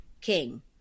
king